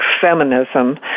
Feminism